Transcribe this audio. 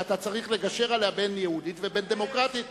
שאתה צריך לגשר בין יהודית לבין דמוקרטית.